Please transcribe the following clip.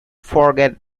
forget